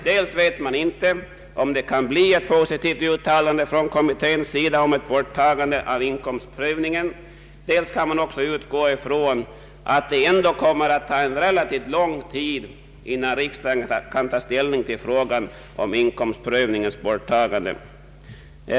Dels vet man inte om det kan bli ett positivt uttalande från kommitténs sida om ett borttagande av inkomstprövningen, dels kan man också utgå från att det ändock kommer att ta relativt lång tid innan riksdagen kan ta ställning till frågan om inkomstprövningens borttagande.